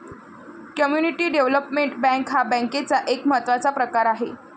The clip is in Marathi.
कम्युनिटी डेव्हलपमेंट बँक हा बँकेचा एक महत्त्वाचा प्रकार आहे